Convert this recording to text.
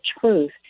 truth